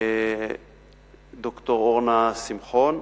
ד"ר אורנה שמחון,